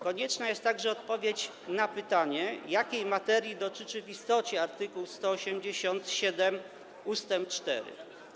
Konieczna jest także odpowiedź na pytanie, jakiej materii dotyczy w istocie art. 187 ust. 4.